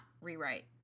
rewrite